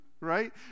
right